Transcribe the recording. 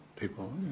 People